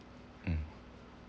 um